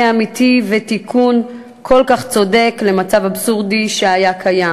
אמיתי ותיקון כל כך צודק למצב אבסורדי שהיה קיים.